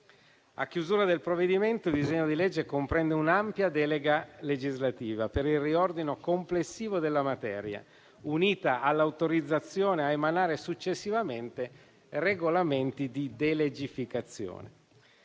A chiusura del provvedimento, il disegno di legge comprende un'ampia delega legislativa per il riordino complessivo della materia, unita all'autorizzazione a emanare successivamente regolamenti di delegificazione.